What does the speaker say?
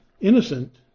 innocent